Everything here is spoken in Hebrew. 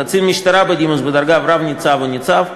קצין משטרה בדימוס בדרגת רב-ניצב או ניצב,